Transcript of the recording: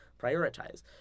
prioritize